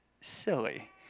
silly